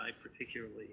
particularly